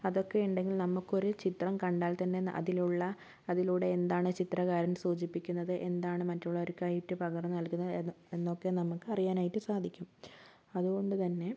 അതൊക്കെ ഇണ്ടെങ്കിൽ നമുക്കൊരു ചിത്രം കണ്ടാൽ തന്നെ അതിലുള്ള അതിലൂടെ എന്താണ് ചിത്രകാരൻ സൂചിപ്പിക്കുന്നത് എന്താണ് മറ്റുള്ളവവർക്കായിട്ട് പകർന്ന് നൽകുന്നത് എന്നൊക്കെ നമുക്ക് അറിയാനായിട്ട് സാധിക്കും അതുകൊണ്ട് തന്നെ